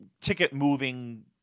ticket-moving